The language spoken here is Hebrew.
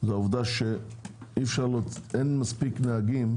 זה העובדה שאין מספיק נהגים,